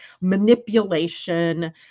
manipulation